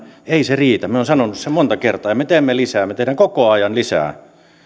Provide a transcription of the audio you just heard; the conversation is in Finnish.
ei se riitä minä olen sanonut sen monta kertaa me teemme lisää me teemme koko ajan lisää